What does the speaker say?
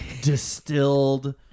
distilled